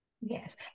Yes